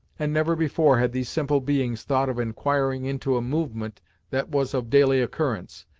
and never before had these simple beings thought of enquiring into a movement that was of daily occurrence,